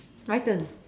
my turn